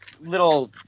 little